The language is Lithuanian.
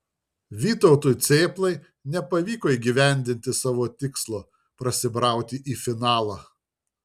vytautui cėplai nepavyko įgyvendinti savo tikslo prasibrauti į finalą